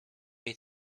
jej